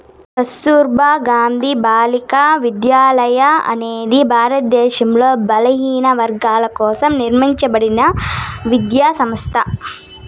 కస్తుర్బా గాంధీ బాలికా విద్యాలయ అనేది భారతదేశంలో బలహీనవర్గాల కోసం నిర్మింపబడిన విద్యా సంస్థ